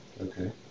Okay